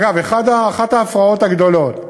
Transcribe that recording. אגב, אחת ההפרעות הגדולות,